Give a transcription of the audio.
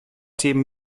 themen